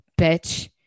bitch